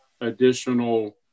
additional